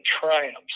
Triumphs